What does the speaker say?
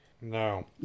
No